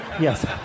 Yes